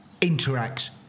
interacts